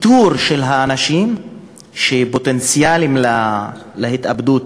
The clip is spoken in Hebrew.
איתור של האנשים שהם פוטנציאלים להתאבדות,